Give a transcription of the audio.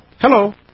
Hello